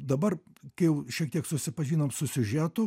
dabar kai jau šiek tiek susipažinom su siužetu